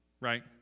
right